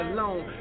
Alone